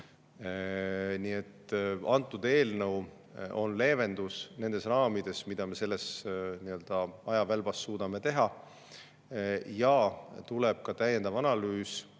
Antud eelnõu on leevendus nendes raamides, mida me selles ajavälbas suudame teha. Tuleb ka täiendav analüüs,